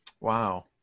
Wow